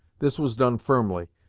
this was done firmly,